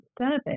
service